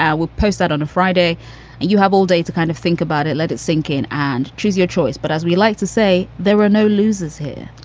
we'll post that on a friday. and you have all day to kind of think about it, let it sink in and choose your choice. but as we like to say, there are no losers here.